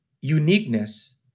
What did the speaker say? uniqueness